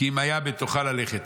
כי אם היה בתוכה ללכת.